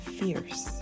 fierce